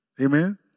Amen